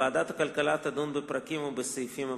ועדת הכלכלה תדון בפרקים ובסעיפים הבאים: